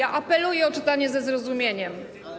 Apeluję o czytanie ze zrozumieniem.